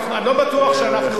אני לא בטוח שאנחנו,